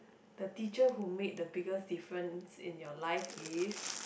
the teacher who made the biggest difference in your life is